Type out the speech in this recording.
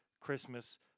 Christmas